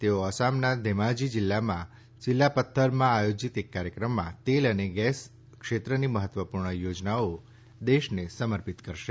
તેઓ આસામના ઘેમાજી જિલ્લામાં સિલાપત્થરમાં આયોજીત એક કાર્યક્રમમાં તેલ અને ગેસ ક્ષેત્રની મહત્વપૂર્ણ પરિયોજનાઓ દેશને સમર્પિત કરશે